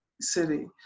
City